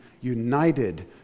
united